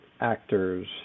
actors